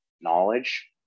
knowledge